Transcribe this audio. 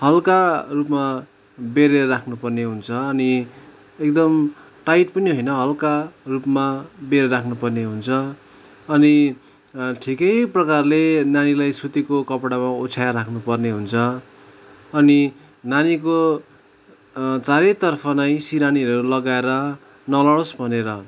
हल्का रूपमा बेरेर राख्नुपर्ने हुन्छ अनि एकदम टाइट पनि होइन हल्का रूपमा बेरेर राख्नुपर्ने हुन्छ अनि ठिकै प्रकारले नानीलाई सुत्तिको कपडामा ओछ्याएर राख्नुपर्ने हुन्छ अनि नानीको चारैतर्फ नै सिरानीहरू लगाएर नलडोस् भनेर